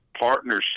partnership